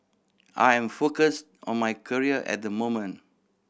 I am focused on my career at the moment